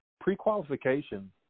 pre-qualification